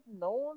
known